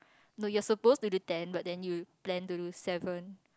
no you're supposed to do ten but then you plan to do seven